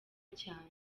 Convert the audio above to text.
cyane